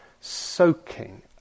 soaking